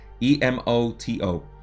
E-M-O-T-O